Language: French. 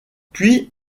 puis